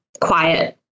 quiet